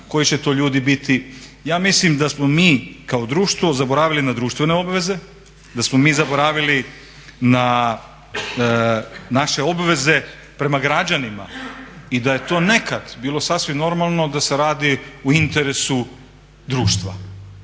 Koji će to ljudi biti? Ja mislim da smo mi kao društvo zaboravili na društvene obveze, da smo mi zaboravili na naše obveze prema građanima i da je to nekad bilo sasvim normalno da se radi u interesu društva,